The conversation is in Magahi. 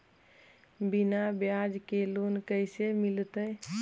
बिना ब्याज के लोन कैसे मिलतै?